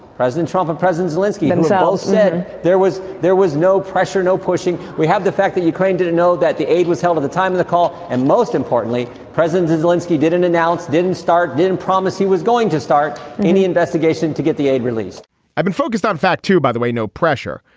president trump and presense linsky and so said there was there was no pressure, no pushing. we have the fact that ukraine didn't know that the aid was held at the time of the call. and most importantly, presence is wolinsky didn't announce, didn't start. didn't promise he was going to start any investigation to get the aid released i've been focused on fact two, by the way. no pressure,